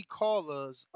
callers